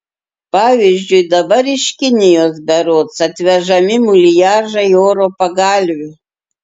pavyzdžiui dabar iš kinijos berods atvežami muliažai oro pagalvių